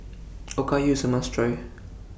Okayu IS A must Try